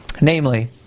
namely